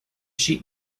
sheet